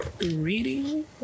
reading